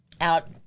out